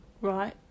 right